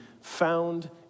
found